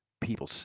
people